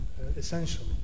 essential